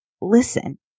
listen